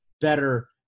better